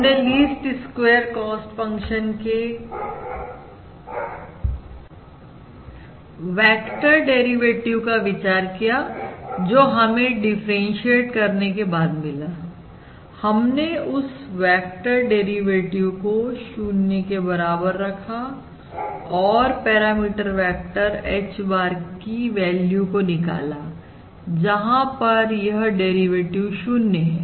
हमने least square cost function के vector derivative का विचार किया जो हमें डिफरेंटशिएट करने के बाद मिला हमने उस वेक्टर डेरिवेटिव को 0 के बराबर रखा और पैरामीटर वेक्टर H bar की वैल्यू को निकाला जहां पर यह डेरिवेटिव 0 है